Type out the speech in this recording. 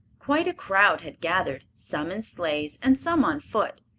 quite a crowd had gathered, some in sleighs and some on foot,